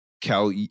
Cal